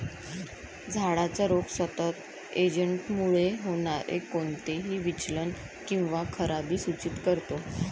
झाडाचा रोग सतत एजंटमुळे होणारे कोणतेही विचलन किंवा खराबी सूचित करतो